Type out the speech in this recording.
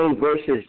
versus